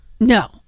No